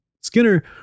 Skinner